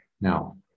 Now